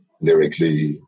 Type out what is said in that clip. lyrically